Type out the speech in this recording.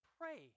pray